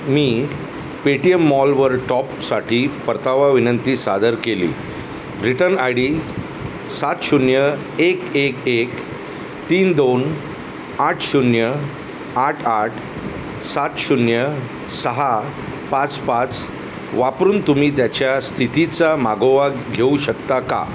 मी Paytm मॉलवर टॉपसाठी परतावा विनंती सादर केली रिटर्न आय डी सात शून्य एक एक एक तीन दोन आठ शून्य आठ आठ सात शून्य सहा पाच पाच वापरून तुम्ही त्याच्या स्थितीचा मागोवा घेऊ शकता का